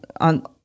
on